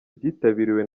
byitabiriwe